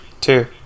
two